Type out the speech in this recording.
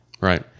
Right